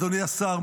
אדוני השר,